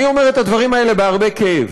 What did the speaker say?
אני אומר את הדברים האלה בהרבה כאב